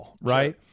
right